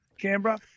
Canberra